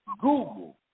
Google